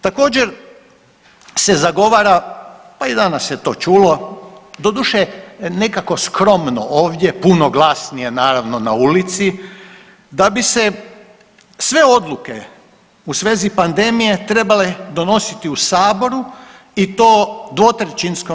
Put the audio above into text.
Također se zagovara, pa i danas se to čulo, doduše nekako skromno ovdje, puno glasnije naravno na ulici da bi se sve odluke u svezi pandemije trebale donositi u saboru i to 2/